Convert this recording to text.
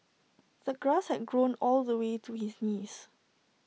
the grass had grown all the way to his knees